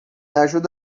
ajuda